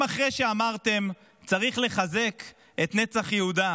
אם אחרי שאמרתם שצריך לחזק את נצח יהודה,